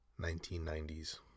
1990s